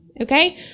okay